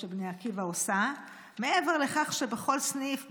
שבני עקיבא עושה מעבר לכך שבכל סניף,